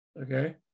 Okay